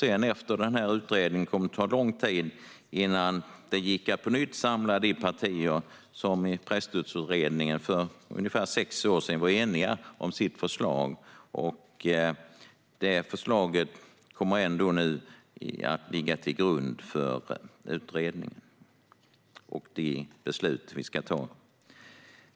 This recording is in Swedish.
Efter denna utredning kommer det att ta lång tid innan det går att på nytt samla de partier som i Presstödsutredningen för ungefär sex år sedan var eniga om sitt förslag. Detta förslag kommer nu ändå att ligga till grund för utredningen och det beslut som vi ska ta.